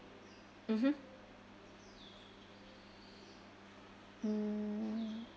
mmhmm mm